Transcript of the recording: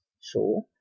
Sure